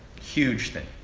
huge thing.